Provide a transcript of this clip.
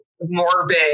morbid